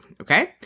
Okay